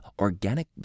organic